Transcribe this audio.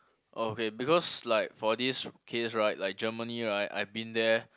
okay because like for this case right like Germany right I've been there